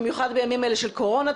במיוחד בימים אלה של קורונה,